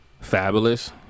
fabulous